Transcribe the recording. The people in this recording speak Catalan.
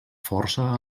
força